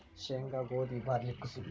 ಸೇಂಗಾ, ಗೋದಿ, ಬಾರ್ಲಿ ಕುಸಿಬಿ